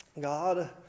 God